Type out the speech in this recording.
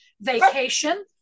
vacation